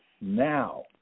now